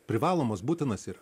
privalomas būtinas yra